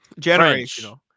Generational